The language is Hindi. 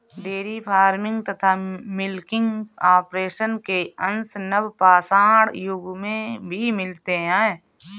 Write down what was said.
डेयरी फार्मिंग तथा मिलकिंग ऑपरेशन के अंश नवपाषाण युग में भी मिलते हैं